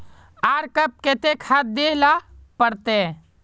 आर कब केते खाद दे ला पड़तऐ?